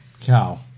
Cow